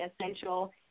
essential